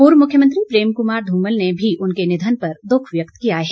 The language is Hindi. पूर्व मुख्यमंत्री प्रेम कुमार ध्रमल ने भी उनके निधन पर दुख व्यक्त किया है